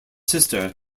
sister